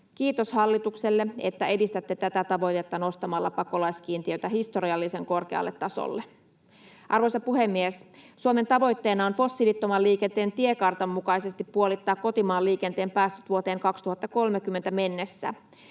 Kiitos hallitukselle, että edistätte tätä tavoitetta nostamalla pakolaiskiintiötä historiallisen korkealle tasolle. Arvoisa puhemies! Suomen tavoitteena on fossiilittoman liikenteen tiekartan mukaisesti puolittaa kotimaan liikenteen päästöt vuoteen 2030 mennessä.